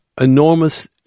enormous